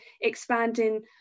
expanding